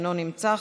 אינו נמצא,